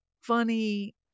funny